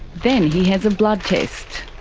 then he has a blood test.